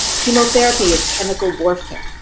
chemotherapy is chemical warfare.